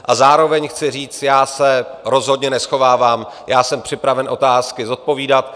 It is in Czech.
A zároveň chci říct, já se rozhodně neschovávám, jsem připraven otázky zodpovídat.